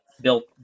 built